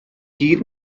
gyd